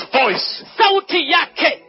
voice